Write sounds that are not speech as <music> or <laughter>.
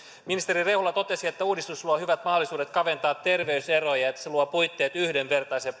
ministeri rehula totesi että uudistus luo hyvät mahdollisuudet kaventaa terveyseroja ja että se luo puitteet yhdenvertaiseen <unintelligible>